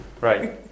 Right